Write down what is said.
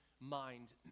mind